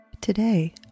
Today